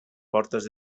portes